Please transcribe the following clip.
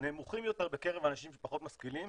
נמוכים יותר בקרב אנשים שפחות משכילים,